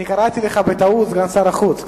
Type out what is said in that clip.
קראתי לך בטעות סגן שר החוץ,